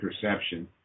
perception